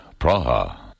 Praha